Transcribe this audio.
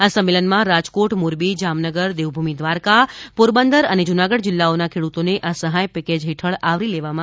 આ સંમેલનમાં રાજકોટ મોરબી જામનગર દેવભૂમિ દ્વારકા પોરબંદર અને જૂનાગઢ જિલ્લાઓના ખેડૂતોને આ સહાય પેકેજ હેઠળ આવરી લેવામાં આવ્યા હતા